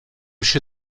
się